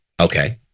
okay